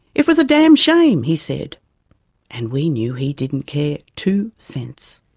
it was a damn shame, he said and we knew he didn't care two cents.